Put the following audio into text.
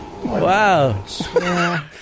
Wow